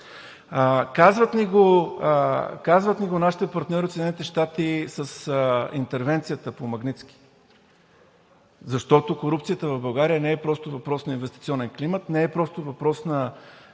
Казват ни го нашите партньори от Съединените щати с интервенцията по „Магнитски“, защото корупцията в България не е просто въпрос на инвестиционен климат, не е просто въпрос на